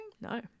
No